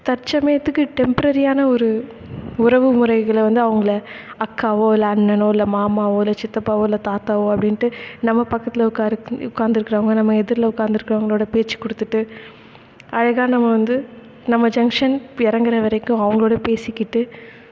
தற்சமயத்துக்கு டெம்ப்ரரியான ஒரு உறவுமுறைகளை வந்து அவங்கள அக்காவோ இல்லை அண்ணனோ இல்லை மாமாவோ இல்லை சித்தப்பாவோ இல்லை தாத்தாவோ அப்படின்ட்டு நம்ம பக்கத்தில் உட்கார உக்கார்ந்துருக்கவங்க நம்ம எதிரில் உக்கார்ந்துருக்கவங்களோட பேச்சு கொடுத்துட்டு அழகாக நம்ம வந்து நம்ப ஜங்ஷன் இறங்குற வரைக்கும் அவங்களோடு பேசிக்கிட்டு